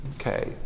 Okay